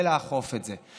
ולאכוף את זה.